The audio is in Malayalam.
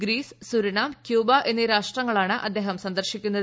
ഗ്രീസ് സുരിനാം കൃൂബ എന്നീ രാഷ്ട്രങ്ങളാണ് അദ്ദേഹം സന്ദർശിക്കുന്നത്